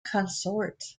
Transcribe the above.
consort